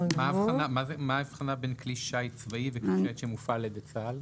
מה ההבחנה בין כלי שיט צבאי וכלי שיט שמופעל על ידי צבא הגנה לישראל?